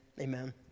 amen